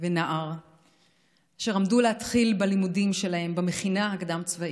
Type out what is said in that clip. ונער אשר עמדו להתחיל את הלימודים שלהם במכינה הקדם-צבאית,